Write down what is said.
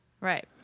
Right